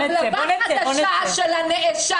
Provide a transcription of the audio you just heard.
כלבלבה של הנאשם,